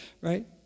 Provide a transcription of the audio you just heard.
right